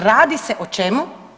Radi se o čemu?